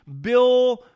Bill